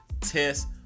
test